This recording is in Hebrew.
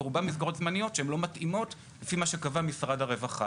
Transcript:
ורובן מסגרות זמניות שלא מתאימות לפי מה שקבע משרד הרווחה.